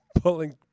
pulling